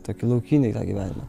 tokį laukinį gyvenimą